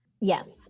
Yes